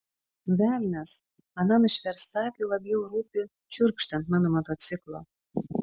velnias anam išverstakiui labiau rūpi čiurkšt ant mano motociklo